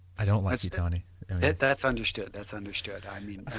i don't like you tony yeah that's understood, that's understood. i mean,